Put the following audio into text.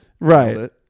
Right